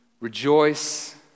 Rejoice